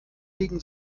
legen